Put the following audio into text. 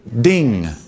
Ding